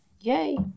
Yay